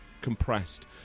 compressed